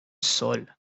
sol